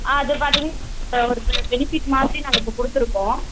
அது பார்த்தீங்கன்னா ஒரு பெ பெனிஃபிட் மாதிரி நாங்கள் இப்போ கொடுத்துருக்கோம்